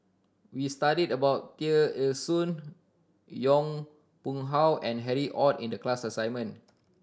we studied about Tear Ee Soon Yong Pung How and Harry Ord in the class assignment